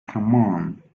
common